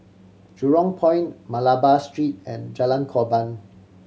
Jurong Point Malabar Street and Jalan Korban